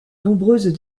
nombreuses